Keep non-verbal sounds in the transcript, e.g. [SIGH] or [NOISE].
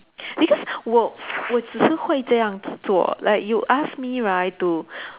because 我 [NOISE] 我只是会这样子做 like you ask me right to